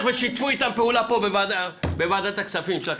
ושיתפו איתם פעולה פה בוועדת הכספים של הכנסת,